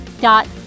dot